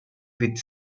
with